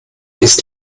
ist